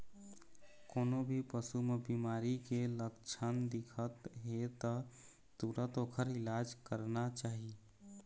कोनो भी पशु म बिमारी के लक्छन दिखत हे त तुरत ओखर इलाज करना चाही